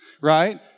right